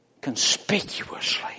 conspicuously